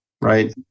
Right